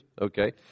Okay